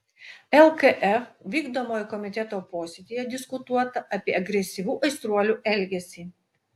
lkf vykdomojo komiteto posėdyje diskutuota apie agresyvų aistruolių elgesį